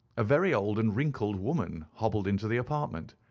a very old and wrinkled woman hobbled into the apartment.